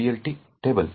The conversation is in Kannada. PLT table